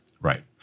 Right